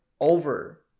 over